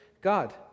God